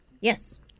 yes